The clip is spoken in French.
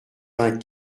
vingt